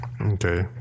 okay